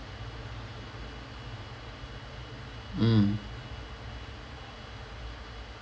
mm